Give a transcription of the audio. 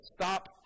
stop